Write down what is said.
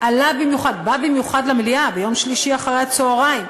בא במיוחד למליאה ביום שלישי אחרי הצהריים,